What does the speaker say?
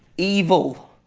evil.